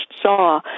saw